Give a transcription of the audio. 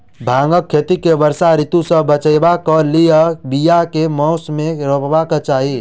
भांगक खेती केँ वर्षा ऋतु सऽ बचेबाक कऽ लेल, बिया केँ मास मे रोपबाक चाहि?